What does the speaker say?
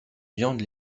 viandes